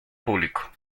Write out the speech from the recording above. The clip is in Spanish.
público